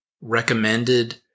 recommended